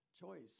choice